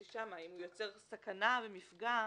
אם הוא יוצר סכנה למפגע,